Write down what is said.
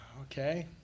Okay